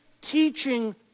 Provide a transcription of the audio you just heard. teaching